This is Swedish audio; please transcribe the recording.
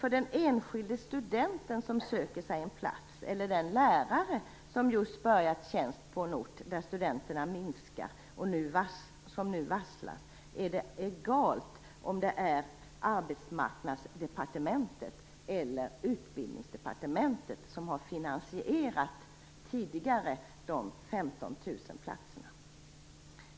För den enskilde student som söker sig en plats eller den lärare som just börjar tjänstgöra på en ort där studenternas antal minskar och som nu varslas är det egalt om det är Arbetsmarknadsdepartementet eller Utbildningsdepartementet som tidigare finansierat de 15 000 platserna.